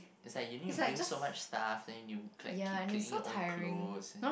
is like you need to bring so much stuff then you ne~ keep cleaning your own clothes and